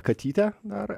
katyte dar